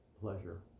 pleasure